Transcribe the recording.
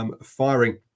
Firing